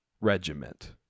regiment